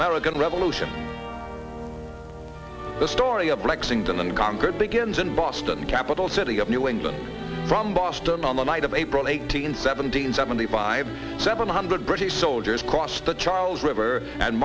american revolution the story of lexington and concord begins in boston capital city of new england from boston on the night of april eighteenth seventeen seventy five seven hundred british soldiers crossed the charles river and